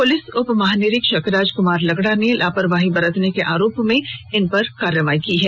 police उप महानिरीक्षक राजकुमार लकड़ा ने लापरवाही बरतने के आरोप में इनपर कार्रवाई की है